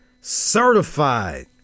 certified